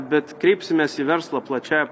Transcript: bet kreipsimės į verslą plačiąja